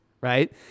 right